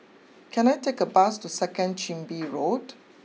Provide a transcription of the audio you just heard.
can I take a bus to second Chin Bee Road